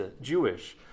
Jewish